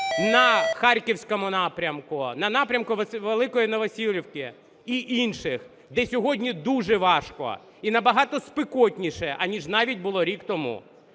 на Харківському напрямку, на напрямку Великої Новосілки і інших, де сьогодні дуже важко і набагато спекотніше, аніж навіть було рік тому.